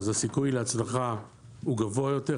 אז הסיכוי להצלחה הוא גבוה יותר.